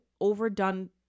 overdone